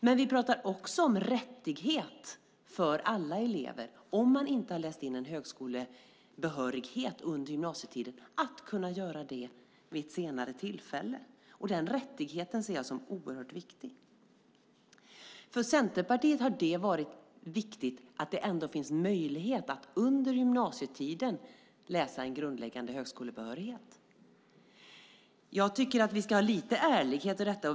Men vi pratar också om en rättighet för alla elever som inte har läst in högskolebehörighet under gymnasietiden att kunna göra det vid ett senare tillfälle. Den rättigheten ser jag som oerhört viktig. För Centerpartiet har det varit viktigt att det ändå finns möjlighet att läsa in grundläggande högskolebehörighet under gymnasietiden. Jag tycker att vi ska vara ärliga om detta.